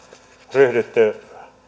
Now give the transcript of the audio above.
ryhdytty